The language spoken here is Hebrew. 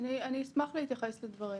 אני אשמח להתייחס לדברים.